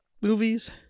movies